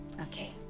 Okay